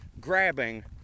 grabbing